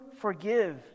forgive